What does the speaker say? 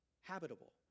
habitable